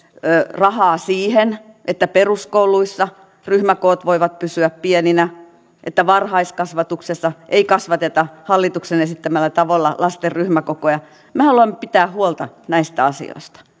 rahaa siihen että peruskouluissa ryhmäkoot voivat pysyä pieninä että varhaiskasvatuksessa ei kasvateta hallituksen esittämällä tavalla lasten ryhmäkokoja me haluamme pitää huolta näistä asioista